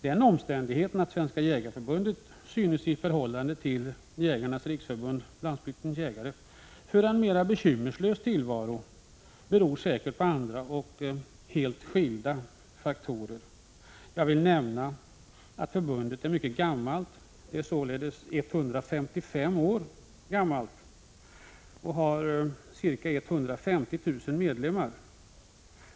Den omständigheten att Svenska jägareförbundet synes i förhållande till Jägarnas riksförbund-Landsbygdens jägare föra en mera bekymmerslös tillvaro beror säkert på andra och helt skilda faktorer. Jag vill nämna att förbundet är mycket gammalt, 155 år, och har ca 150 000 medlemmar.